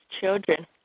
children